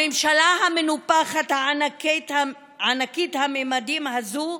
הממשלה המנופחת, ענקית הממדים הזו,